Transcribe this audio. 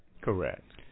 Correct